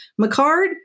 McCard